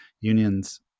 unions